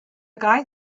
guy